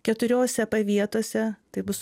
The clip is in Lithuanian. keturiose vietose tai bus